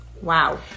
Wow